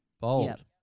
Bold